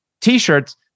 t-shirts